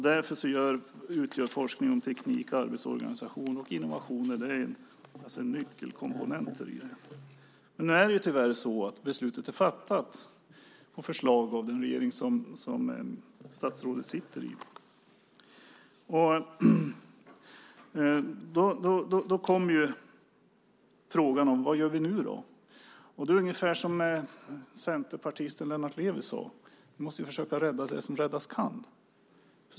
Därför utgör forskning om teknik, arbetsorganisation och innovationer en nyckelkomponent. Nu är det tyvärr så att beslut är fattat på förslag av den regering som statsrådet sitter i. Då blir frågan: Vad gör vi nu? Det är ungefär som centerpartisten Lennart Levi sade, att vi måste försöka rädda det som räddas kan.